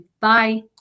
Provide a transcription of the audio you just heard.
Bye